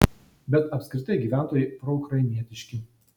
bet apskritai gyventojai proukrainietiški